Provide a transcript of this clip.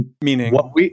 Meaning